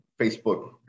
Facebook